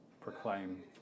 proclaim